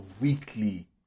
weekly